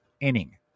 inning